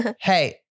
Hey